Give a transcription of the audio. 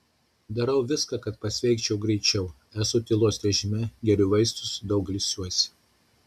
darau viską kad pasveikčiau greičiau esu tylos režime geriu vaistus daug ilsiuosi